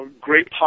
great